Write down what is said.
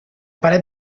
paret